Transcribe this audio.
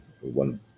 one